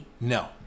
No